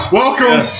welcome